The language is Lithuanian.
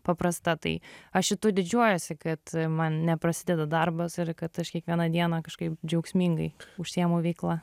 paprasta tai aš šitu didžiuojuosi kad man neprasideda darbas ir kad aš kiekvieną dieną kažkaip džiaugsmingai užsiemu veikla